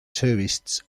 tourists